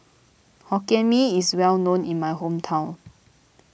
Hokkien Mee is well known in my hometown